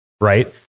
right